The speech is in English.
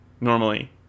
Normally